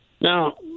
Now